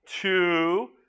two